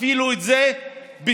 אפילו את זה ביטלו,